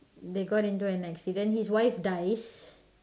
they got into an accident his wife dies